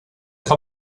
être